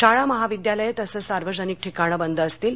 शाळा महाविद्यालयं तसंच सार्वजनिक ठिकाणं बंद असतील